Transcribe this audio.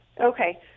Okay